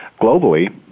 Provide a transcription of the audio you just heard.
globally